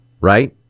right